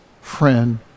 friend